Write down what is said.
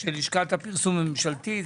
של לשכת הפרסום הממשלתי.